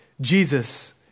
Jesus